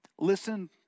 Listen